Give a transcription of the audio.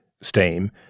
Steam